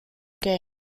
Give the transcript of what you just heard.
games